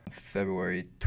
February